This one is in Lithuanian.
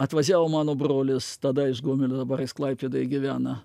atvažiavo mano brolis tada iš gomelio dabar jis klaipėdoj gyvena